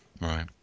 Right